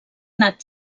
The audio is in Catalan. anat